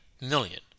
million